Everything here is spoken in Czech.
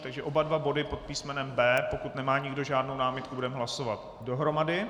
Takže oba dva body pod písm. B, pokud nemá nikdo žádnou námitku, budeme hlasovat dohromady.